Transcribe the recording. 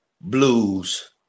blues